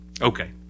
Okay